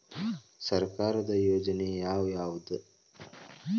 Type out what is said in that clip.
ಸರ್ಕಾರದ ಯೋಜನೆ ಯಾವ್ ಯಾವ್ದ್?